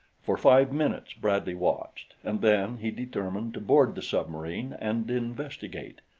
for five minutes bradley watched, and then he determined to board the submarine and investigate.